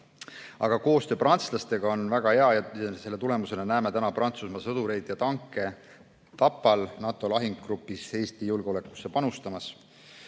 Koostöö prantslastega on väga hea ja selle tulemusena näeme täna Prantsusmaa sõdureid ja tanke Tapal NATO lahingugrupis Eesti julgeolekusse panustamas.